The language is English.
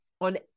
on